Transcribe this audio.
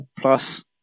plus